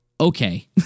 Okay